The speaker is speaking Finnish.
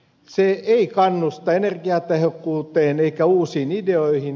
se ei kannusta energiatehokkuuteen eikä uusiin ideoihin